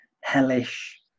hellish